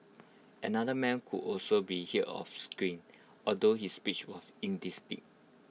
another man could also be hear off screen although his speech was indistinct